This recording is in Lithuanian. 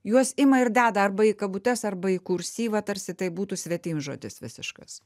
juos ima ir deda arba į kabutes arba į kursyvą tarsi tai būtų svetimžodis visiškas